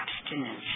abstinence